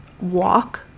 walk